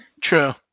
True